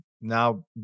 now